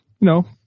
No